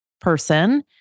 person